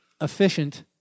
efficient